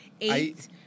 Eight